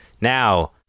Now